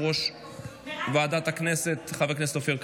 חרבות ברזל),